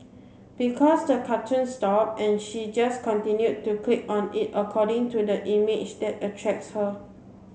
because the cartoon stopped and she just continued to click on it according to the image that attracts her